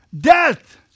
Death